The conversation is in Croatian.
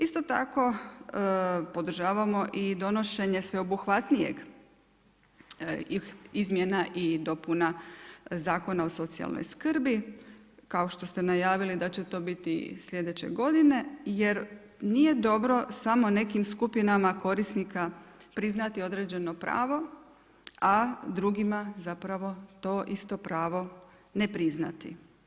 Isto tako podržavamo i donošenje sveobuhvatnijeg izmjena i dopuna Zakona o socijalnoj skrbi, kao što ste najavili da će to biti sljedeće godine jer nije dobro samo nekim skupinama korisnika priznati određeno pravo, a drugima to isto pravo ne priznati.